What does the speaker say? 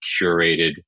curated